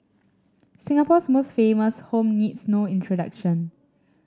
Singapore's most famous home needs no introduction